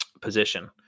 position